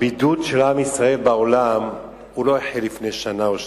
הבידוד של עם ישראל בעולם לא החל לפני שנה או שנתיים.